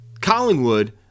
Collingwood